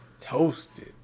Toasted